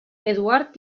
eduard